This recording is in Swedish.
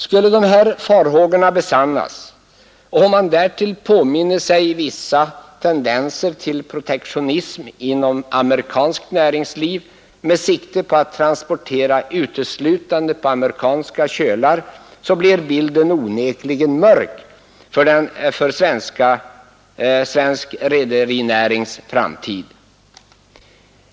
Skulle dessa farhågor besannas och om man därtill påminner sig vissa tendenser till protektionism inom amerikanskt näringsliv med sikte på att transportera uteslutande på amerikanska kölar, blir bilden onekligen mörk för svensk rederinärings framtid.